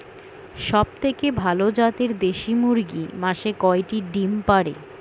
সবথেকে ভালো জাতের দেশি মুরগি মাসে কয়টি ডিম পাড়ে?